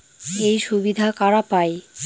এই সুবিধা কারা পায়?